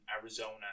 Arizona